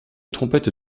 trompette